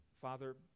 Father